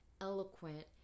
eloquent